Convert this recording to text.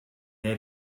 neu